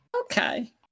Okay